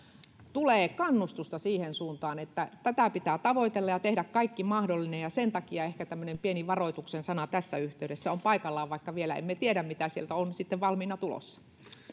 tulee kannustusta siihen suuntaan että tätä pitää tavoitella ja tehdä kaikki mahdollinen sen takia ehkä tämmöinen pieni varoituksen sana tässä yhteydessä on paikallaan vaikka vielä emme tiedä mitä sieltä on sitten valmiina tulossa